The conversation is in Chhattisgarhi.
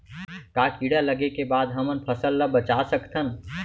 का कीड़ा लगे के बाद भी हमन फसल ल बचा सकथन?